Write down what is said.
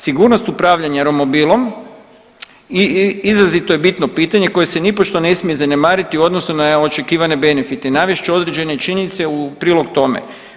Sigurnost upravljanja romobilom izrazito je bitno pitanje koje se nipošto ne smije zanemariti u odnosu na očekivane benefite i navest ću određene činjenice u prilog tome.